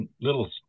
little